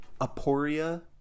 aporia